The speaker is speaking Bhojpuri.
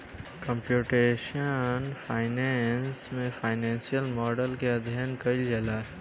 कंप्यूटेशनल फाइनेंस में फाइनेंसियल मॉडल के अध्ययन कईल जाला